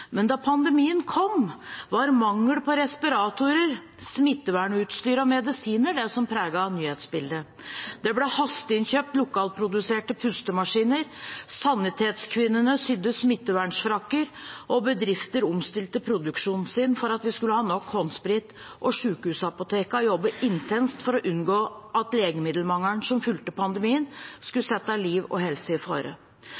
men da pandemien kom, var mangel på respiratorer, smittevernutstyr og medisiner det som preget nyhetsbildet. Det ble hasteinnkjøpt lokalproduserte pustemaskiner, sanitetskvinnene sydde smittevernfrakker, bedrifter omstilte produksjonen sin for at vi skulle ha nok håndsprit, og sjukehusapotekene jobbet intenst for å unngå at legemiddelmangelen som fulgte pandemien,